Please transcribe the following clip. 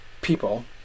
people